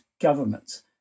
governments